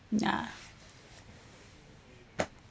ya